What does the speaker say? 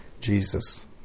Jesus